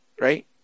right